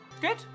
Good